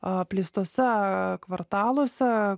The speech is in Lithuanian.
apleistuose kvartaluose